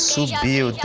Subiu